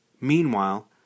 Meanwhile